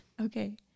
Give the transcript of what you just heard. Okay